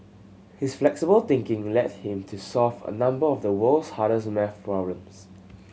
his flexible thinking led him to solve a number of the world's hardest maths problems